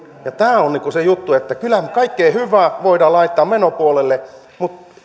tämä on se juttu että kyllähän me kaikkea hyvää voimme laittaa menopuolelle mutta